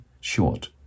short